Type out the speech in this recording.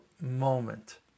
moment